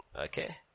Okay